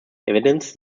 evidence